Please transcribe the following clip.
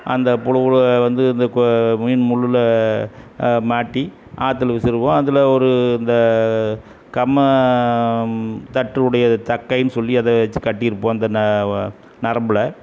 அந்த புழுவுல வந்து இந்த மீன் முள்ளில் மாட்டி ஆற்றுல வீசிடுவோம் அதில் ஒரு இந்த கம்பம் தட்டு உடையது தக்கைன்னு சொல்லி அதை வெச்சு கட்டியிருப்போம் அந்த ந நரம்பில்